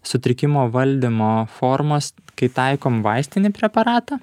sutrikimo valdymo formos kai taikom vaistinį preparatą